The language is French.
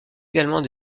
également